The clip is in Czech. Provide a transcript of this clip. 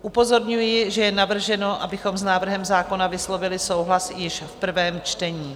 Upozorňuji, že je navrženo, abychom s návrhem zákona vyslovili souhlas již v prvém čtení.